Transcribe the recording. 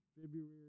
February